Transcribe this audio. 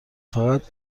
فقط